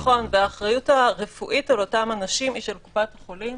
האחריות הרפואית על אותם אנשים היא של קופת חולים.